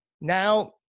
Now